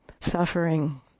suffering